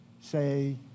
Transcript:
say